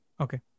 Okay